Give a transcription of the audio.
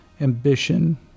Ambition